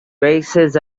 races